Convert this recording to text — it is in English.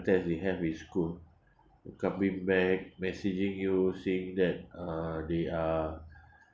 test they have in school coming back messaging you saying that uh they are